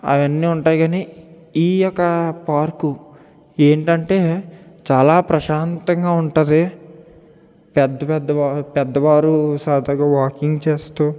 ఆయన్ని ఉంటాయి గానీ ఈ యొక్క పార్కు ఏంటంటే చాలా ప్రశాంతంగా ఉంటుంది పెద్దపెద్ద పెద్దవారు సరదాగా వాకింగ్ చేస్తూ